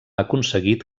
aconseguit